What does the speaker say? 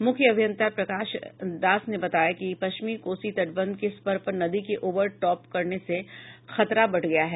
मुख्य अभियंता प्रकाश दास ने बताया है कि पश्चिमी कोसी तटबंध के स्पर पर नदी के ओवर टॉप करने से खतरा बढ़ गया है